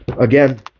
Again